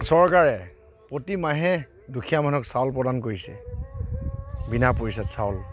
চৰকাৰে প্ৰতিমাহে দুখীয়া মানুহক চাউল প্ৰদান কৰিছে বিনা পইচাত চাউল